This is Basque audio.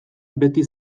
beti